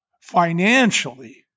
financially